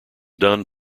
done